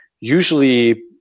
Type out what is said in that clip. usually